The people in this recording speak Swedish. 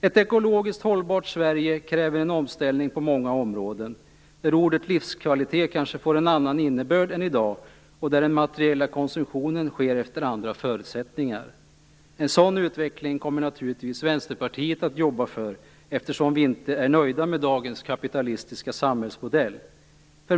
Ett ekologiskt hållbart Sverige kräver en omställning på många områden där ordet livskvalitet kanske får en annan innebörd är i dag och där den materiella konsumtionen sker efter andra förutsättningar. En sådan utveckling kommer naturligtvis Vänsterpartiet att jobba för, eftersom vi inte är nöjda med dagens kapitalistiska samhällsmodell.